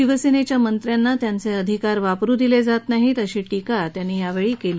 शिवसेनेच्या मंत्र्यांना त्यांचे अधिकार वापरू दिले जात नाहीत अशी टीका त्यांनी त्यावेळी केली